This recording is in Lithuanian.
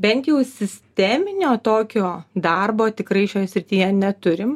bent jau sisteminio tokio darbo tikrai šioje srityje neturim